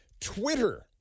Twitter